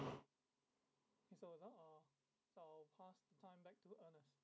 ya so or shou past time back to ernest